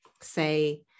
say